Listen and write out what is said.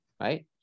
right